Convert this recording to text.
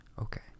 Okay